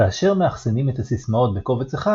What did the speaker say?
כאשר מאחסנים את הסיסמאות בקובץ אחד